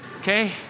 Okay